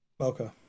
Okay